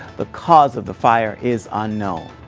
the cause of the fire is unknown.